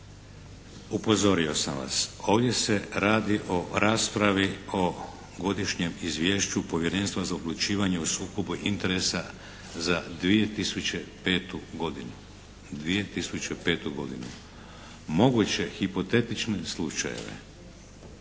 Upozorio sam vas. Ovdje se radi o raspravi o Godišnjem izvješću Povjerenstva za odlučivanje o sukobu interesa za 2005. godinu. Moguće hipotetične slučajeve